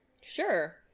sure